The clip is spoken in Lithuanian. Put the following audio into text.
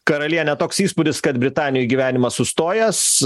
karalienę toks įspūdis kad britanijoj gyvenimas sustojęs